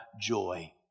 joy